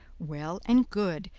well and good,